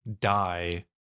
die